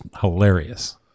hilarious